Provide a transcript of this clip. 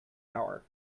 power